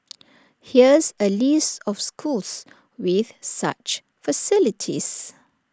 here's A list of schools with such facilities